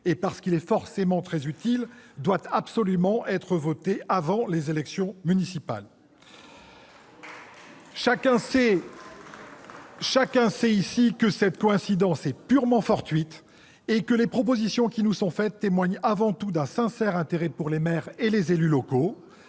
et parce qu'il est évidemment très utile, doit absolument être voté avant les élections municipales. Chacun sait ici que cette coïncidence est purement fortuite et que les propositions qui nous sont faites témoignent avant tout d'un intérêt sincère ... Quoique récent !... pour les maires et les élus locaux,